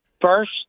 first